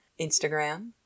Instagram